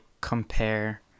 compare